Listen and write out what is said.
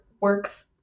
works